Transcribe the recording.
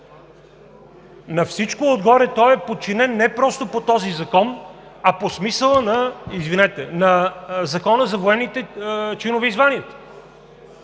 На всичко отгоре той е подчинен не просто по този закон, а по смисъла на закона за военните чинове и звания!